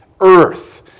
earth